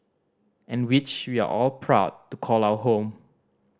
and which we are all proud to call our home